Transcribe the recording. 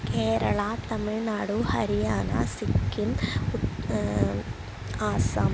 केरळा तमिळ्नाडु हरियाणा सिक्किम् उत् अस्साम्